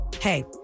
Hey